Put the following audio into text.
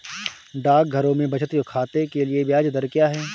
डाकघरों में बचत खाते के लिए ब्याज दर क्या है?